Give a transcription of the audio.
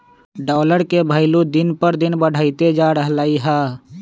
dollar के भइलु दिन पर दिन बढ़इते जा रहलई ह